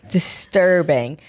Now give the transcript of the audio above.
Disturbing